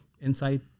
insight